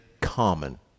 common